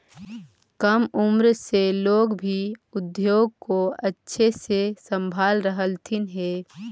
कम उम्र से लोग भी उद्योग को अच्छे से संभाल रहलथिन हे